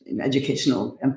educational